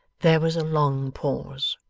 there was a long pause.